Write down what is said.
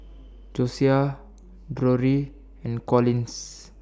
Josiah Drury and Collins